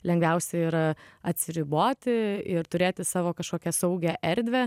lengviausia yra atsiriboti ir turėti savo kažkokią saugią erdvę